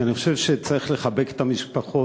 כי אני חושב שצריך לחבק את המשפחות,